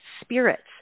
spirits